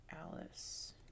Alice